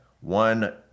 one